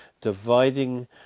dividing